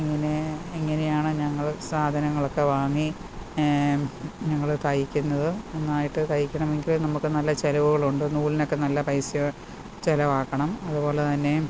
പിന്നെ ഇങ്ങനെ ആണ് ഞങ്ങൾ സാധനങ്ങളൊക്കെ വാങ്ങി ഞങ്ങൾ തയ്ക്കുന്നത് നന്നായിട്ട് തയ്ക്കണമെങ്കിൽ നമ്മൾക്ക് നല്ല ചിലവുകളുണ്ട് നൂലിനൊക്കെ നല്ല പൈസ ചിലവാക്കണം അതുപോലെ തന്നെ